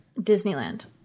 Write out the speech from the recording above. Disneyland